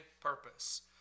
purpose